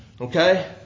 Okay